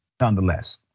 nonetheless